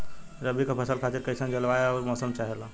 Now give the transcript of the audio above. रबी क फसल खातिर कइसन जलवाय अउर मौसम चाहेला?